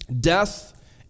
Death